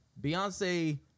Beyonce